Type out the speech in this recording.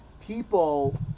people